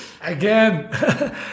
again